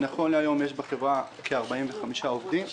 נכון להיום יש בחברה כ-45 עובדים.